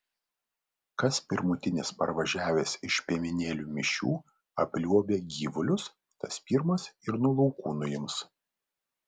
kas pirmutinis parvažiavęs iš piemenėlių mišių apliuobia gyvulius tas pirmas ir nuo laukų nuims